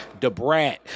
DeBrat